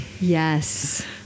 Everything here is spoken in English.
Yes